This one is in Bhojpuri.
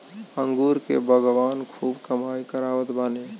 अंगूर के बगान खूब कमाई करावत बाने